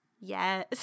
yes